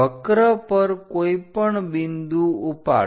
વક્ર પર કોઈપણ બિંદુ ઉપાડો